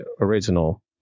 original